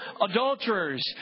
adulterers